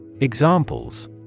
Examples